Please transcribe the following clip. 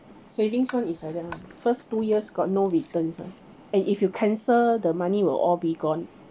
savings one is like that [one] first two years got no returns ah and if you cancel the money will all be gone